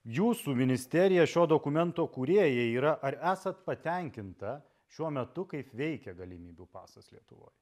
jūsų ministerija šio dokumento kūrėjai yra ar esat patenkinta šiuo metu kaip veikia galimybių pasas lietuvoje